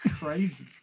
crazy